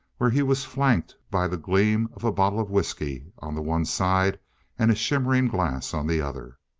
where he was flanked by the gleam of a bottle of whisky on the one side and a shimmering glass on the other.